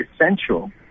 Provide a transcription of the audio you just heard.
essential